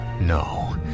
No